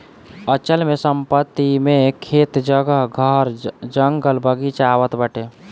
अचल संपत्ति मे खेत, जगह, घर, जंगल, बगीचा आवत बाटे